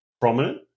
prominent